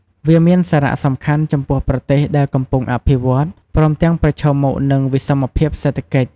វាមានសារៈសំខាន់ចំពោះប្រទេសដែលកំពុងអភិវឌ្ឍ ព្រមទាំងប្រឈមមុខនឹងវិសមភាពសេដ្ឋកិច្ច។